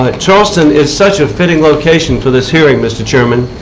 ah charleston is such a fitting location for this hearing, mr. chairman,